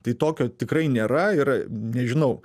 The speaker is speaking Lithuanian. tai tokio tikrai nėra ir nežinau